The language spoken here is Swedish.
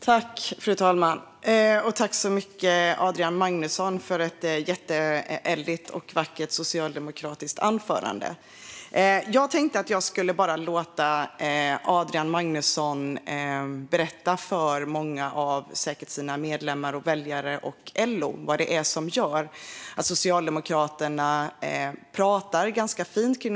Fru talman! Tack så mycket, Adrian Magnusson, för ett jätteeldigt och vackert socialdemokratiskt anförande! Jag tänkte att jag skulle låta Adrian Magnusson berätta för sina medlemmar och väljare och för LO vad det är som gör att Socialdemokraterna bara skriver ett särskilt yttrande.